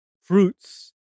fruits